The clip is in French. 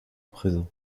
présent